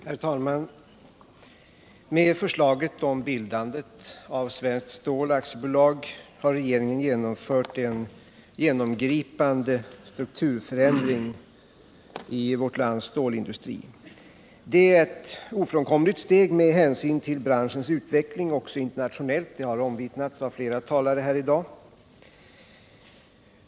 Herr talman! Med förslaget om bildandet av SSAB, Svenskt Stål AB, har regeringen genomfört en genomgripande strukturförändring i vårt lands stålindustri. Det är ett ofrånkomligt steg med hänsyn till branschens utveckling också internationellt. Det har omvittnats av flera talare här i dag.